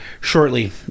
shortly